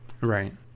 Right